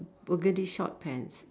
burgundy short pants